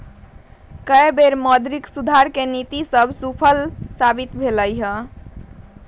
कय बेर मौद्रिक सुधार के नीति सभ सूफल साबित भेलइ हन